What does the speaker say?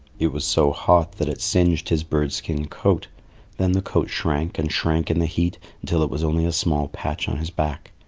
it was so hot that it singed his bird-skin coat then the coat shrank and shrank in the heat until it was only a small patch on his back.